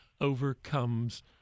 overcomes